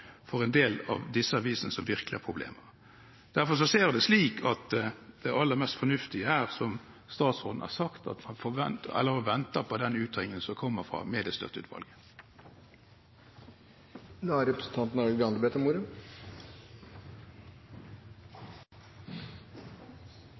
for en del av de avisene som virkelig har problemer. Derfor ser jeg det slik at det aller mest fornuftige her, som statsråden har sagt, er å vente på den utredningen som kommer fra Mediemangfoldsutvalget. Bare en kort kommentar til slutt. Vi har